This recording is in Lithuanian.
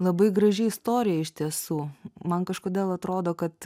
labai graži istorija iš tiesų man kažkodėl atrodo kad